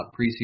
preseason